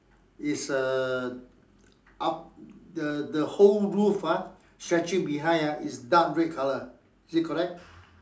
is err up the the whole roof ah stretching behind ah is dark red colour is that correct